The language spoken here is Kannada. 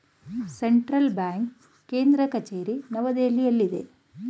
ಸೆಂಟ್ರಲ್ ಬ್ಯಾಂಕ್ ಕೇಂದ್ರ ಕಚೇರಿ ನವದೆಹಲಿಯಲ್ಲಿದೆ